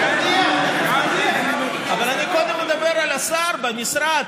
אבל אני קודם מדבר על השר במשרד.